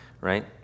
right